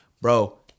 bro